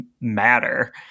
matter